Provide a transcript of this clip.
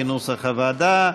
כנוסח הוועדה,